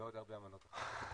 ועוד הרבה אמנות אחרות.